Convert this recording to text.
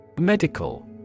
Medical